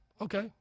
Okay